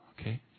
Okay